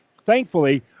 thankfully